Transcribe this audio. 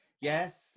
yes